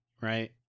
right